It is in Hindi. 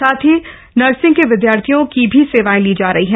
साथ ही नर्सिंग के विद्यार्थियों की भी सेवाएं ली जा रही हैं